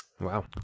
Wow